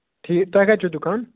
ٹھیٖک تۄہہِ کَتہِ چھُو دُکان